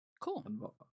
Cool